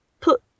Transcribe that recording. put